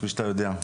כפי שאתה יודע,